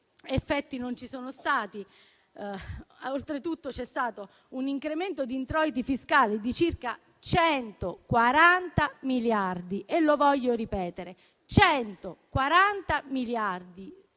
effetti non ci sono stati. Oltretutto, c'è stato un incremento di introiti fiscali di circa 140 miliardi. Lo voglio ripetere: 140 miliardi,